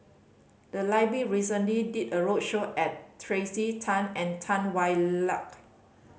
the library recently did a roadshow at Tracey Tan and Tan Hwa Luck